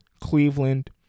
Cleveland